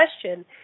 question